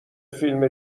فیلم